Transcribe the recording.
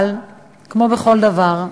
אבל כמו בכל דבר,